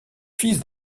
fils